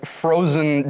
frozen